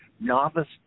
novice